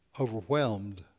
overwhelmed